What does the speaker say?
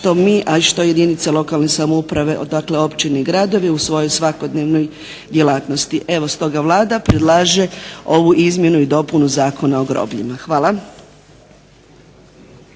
što i mi, a što i jedinice lokalne samouprave dakle općine i gradovi u svojoj svakodnevnoj djelatnosti. Evo stoga Vlada predlaže ovu izmjenu i dopunu Zakona o grobljima. Hvala.